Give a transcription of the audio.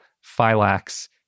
phylax